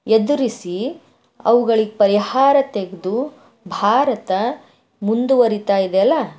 ಎದುರಿಸಿ ಅವುಗಳಿಗೆ ಪರಿಹಾರ ತೆಗೆದು ಭಾರತ ಮುಂದುವರಿತಾಯಿದೆಯಲ್ಲ